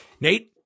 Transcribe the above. Nate